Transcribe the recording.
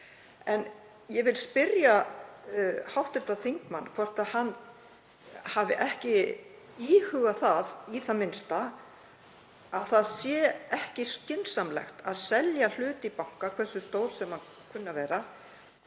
Ég vil spyrja hv. þingmann hvort hann hafi ekki íhugað í það minnsta að það sé ekki skynsamlegt að selja hlut í banka, hversu stór sem hann kunni að vera,